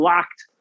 Locked